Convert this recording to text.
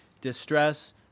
distress